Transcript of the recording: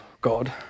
God